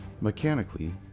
mechanically